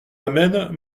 amène